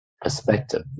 perspective